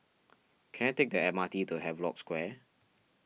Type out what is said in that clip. can I take the M R T to Havelock Square